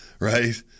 right